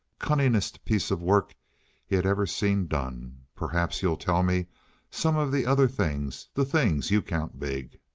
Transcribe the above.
cunningest piece of work he'd ever seen done. perhaps you'll tell me some of the other things the things you count big?